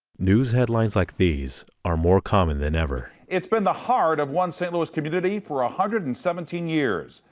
news headlines like these are more common than ever. it's been the heart of one st. louis community for a hundred and seventeen years.